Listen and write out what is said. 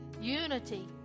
unity